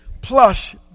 plush